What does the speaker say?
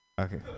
Okay